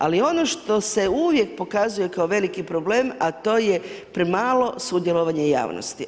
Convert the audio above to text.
Ali, on što se uvijek pokazuje kao veliki problem, a to je premalo sudjelovanje javnosti.